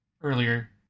earlier